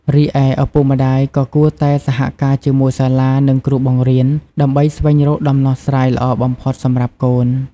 រីឯ ឪពុកម្តាយក៏គួរតែ សហការជាមួយសាលា និងគ្រូបង្រៀន ដើម្បីស្វែងរកដំណោះស្រាយល្អបំផុតសម្រាប់កូន។